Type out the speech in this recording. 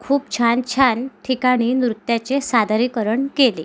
खूप छान छान ठिकाणी नृत्याचे सादरीकरण केले